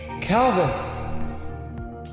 Calvin